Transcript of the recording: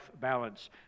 balance